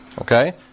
okay